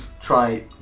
try